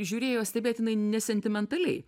žiūrėjo stebėtinai nesentimentaliai